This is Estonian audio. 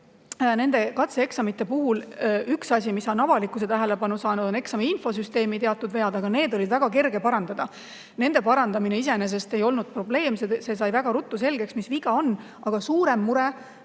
nende puhul üks asi, mis on avalikkuse tähelepanu saanud, olid eksamite infosüsteemi teatud vead, aga need olid väga kerged parandada. Nende parandamine iseenesest ei olnud probleem. See sai väga ruttu selgeks, mis viga on. Suurem mure